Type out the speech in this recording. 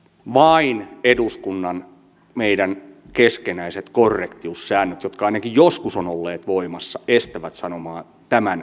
vain eduskunnan meidän keskinäiset korrektiussäännöt jotka ainakin joskus ovat olleet voimassa estävät sanomasta tämän enempää